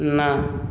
ନା